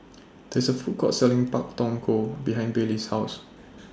This IS A Food Court Selling Pak Thong Ko behind Bailee's House